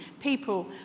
people